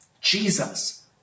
Jesus